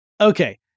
Okay